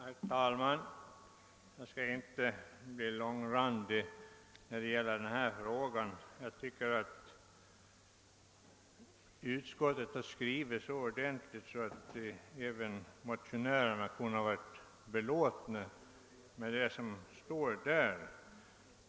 Herr talman! Jag skall inte bli långrandig när det gäller denna fråga. Jag tycker att utskottet skrivit så positivt att även motionärerna kunde varit belåtna.